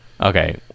Okay